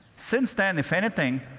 since then, if anything,